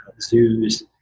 zoos